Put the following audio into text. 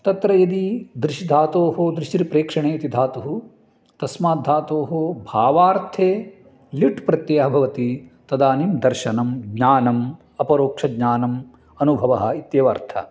तत्र यदि दृश् धातोः दृशिर् प्रेक्षणे इति धातुः तस्माद्धातोः भावार्थे ल्युट् प्रत्ययः भवति तदानीं दर्शनं ज्ञानम् अपरोक्षज्ञानम् अनुभवः इत्येव अर्थः